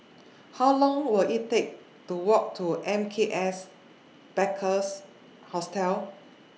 How Long Will IT Take to Walk to M K S Bikers Hostel